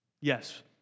Yes